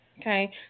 Okay